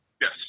Yes